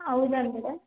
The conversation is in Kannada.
ಹೌದಂದ್ರೆ